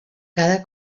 cada